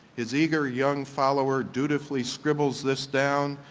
his eager young follower dutifully scribbles this down,